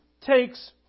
takes